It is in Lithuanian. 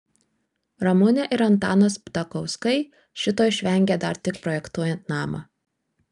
ramunė ir antanas ptakauskai šito išvengė dar tik projektuojant namą